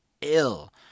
ill